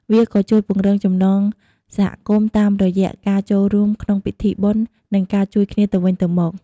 វាក៏ជួយពង្រឹងចំណងសហគមន៍តាមរយៈការចូលរួមក្នុងពិធីបុណ្យ និងការជួយគ្នាទៅវិញទៅមក។